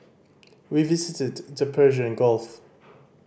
we visited the Persian Gulf